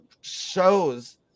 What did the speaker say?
shows